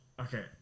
Okay